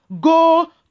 go